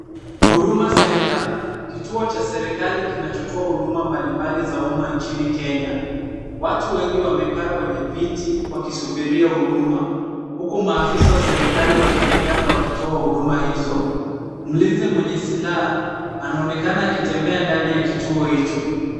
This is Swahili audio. Huduma center , kituo cha serikali kinachotoa huduma mbalimbali za umma nchini Kenya. Watu wengi wamekaa kwenye viti wakisubiria huduma, huku maafisa wa serikali wakionekana wakitoa huduma hizo. Mlinzi mwenye silaha, anaonekana akitembea ndani ya kituo hicho.